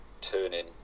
turning